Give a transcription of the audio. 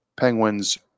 Penguins